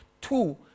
two